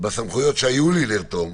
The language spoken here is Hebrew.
בסמכויות שהיו לי לרתום,